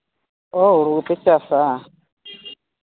ᱚ ᱦᱩᱲᱩ ᱯᱮ ᱪᱟᱥᱟ